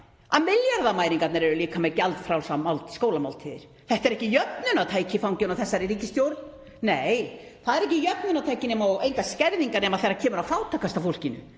það, milljarðamæringarnir eru líka með gjaldfrjálsar skólamáltíðir. Þetta er ekki jöfnunartæki í fanginu á þessari ríkisstjórn. Nei, það er ekki jöfnunartæki og engar skerðingar nema þegar kemur að fátækasta fólkinu.